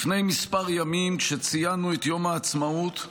לפני כמה ימים, כשציינו את יום העצמאות,